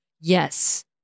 Yes